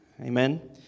Amen